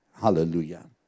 Hallelujah